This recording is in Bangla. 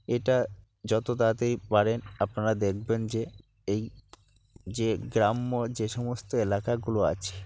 এটা যত তাড়াতাড়ি পারেন আপনারা দেখবেন যে এই যে গ্রাম্য যে সমস্ত এলাকাগুলো আছে